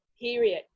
period